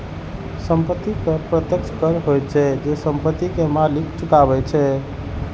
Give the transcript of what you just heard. संपत्ति कर प्रत्यक्ष कर होइ छै, जे संपत्ति के मालिक चुकाबै छै